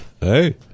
Hey